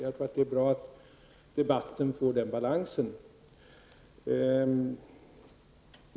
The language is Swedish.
Jag tror att det är bra att debatten får den balansen.